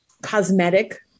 Cosmetic